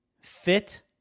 fit